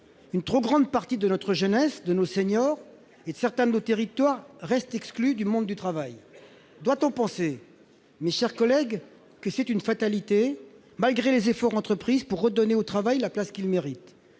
une trop grande partie de notre jeunesse, de nos seniors et de certains de nos territoires restent exclus du monde du travail. Doit-on donc penser qu'il s'agit d'une fatalité, malgré les efforts entrepris pour redonner au travail la place qu'il mérite ?